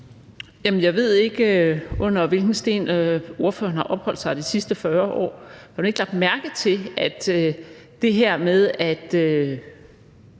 Jeg ved ikke, under hvilken sten ordføreren har opholdt sig de sidste 40 år. Har man ikke lagt mærke til, at det her med, at